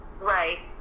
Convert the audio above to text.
Right